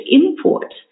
import